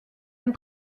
même